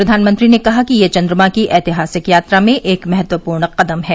प्रधानमंत्री ने कहा कि यह चन्द्रमा की ऐतिहासिक यात्रा में एक महत्वपूर्ण कदम है